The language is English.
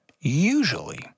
Usually